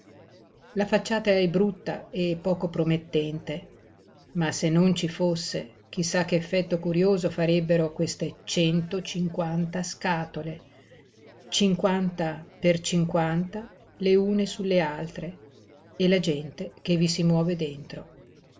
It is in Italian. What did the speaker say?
la facciata è brutta e poco promettente ma se non ci fosse chi sa che effetto curioso farebbero queste cento cinquanta scatole cinquanta per cinquanta le une sulle altre e la gente che vi si muove dentro